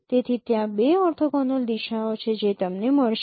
તેથી ત્યાં બે ઓર્થોગોનલ દિશાઓ છે જે તમને મળશે